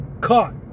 caught